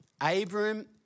Abram